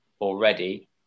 already